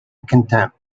contempt